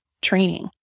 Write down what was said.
training